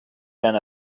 eran